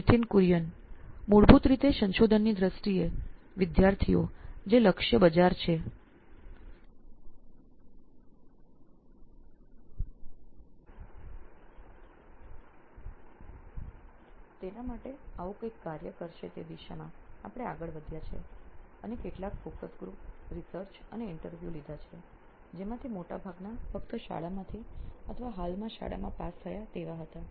Nithin Kurian COO નોઇન electronics મૂળભૂત રીતે સંશોધનની દ્રષ્ટિએ વિદ્યાર્થીઓ જે લક્ષ્ય બજાર છે તેના માટે આવું કંઈક કાર્ય કરશે તે દિશામાં આપણે આગળ વધ્યા છે અને કેટલાક ફોકસ ગ્રુપ રિસર્ચ અને ઇન્ટરવ્યુ લીધાં છે જેમાંથી મોટાભાગના ફક્ત શાળામાંથી અથવા હાલમાં શાળામાં પાસ થયા તેવા હતા